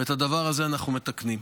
ואת הדבר הזה אנחנו מתקנים.